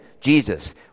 Jesus